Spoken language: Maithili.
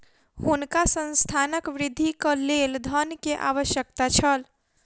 हुनका संस्थानक वृद्धिक लेल धन के आवश्यकता छल